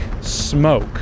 smoke